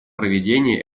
проведения